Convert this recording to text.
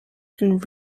and